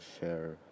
share